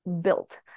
built